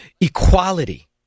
equality